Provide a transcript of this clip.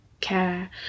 care